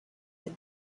had